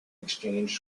exchange